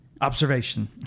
observation